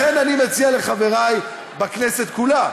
לכן אני מציע לחברי בכנסת כולה,